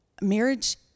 marriage